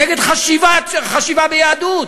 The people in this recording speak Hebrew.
נגד חשיבה ביהדות?